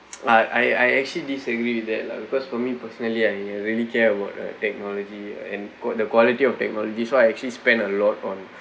I I actually disagree with that lah because for me personally I really care about like technology and qua~ the quality of technology so I actually spent a lot on